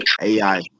AI